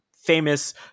Famous